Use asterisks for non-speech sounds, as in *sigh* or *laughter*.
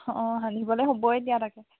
অঁ অঁ *unintelligible* বলে হ'বই এতিয়া তাকে